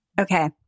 Okay